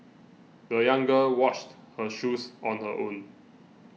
the young girl washed her shoes on her own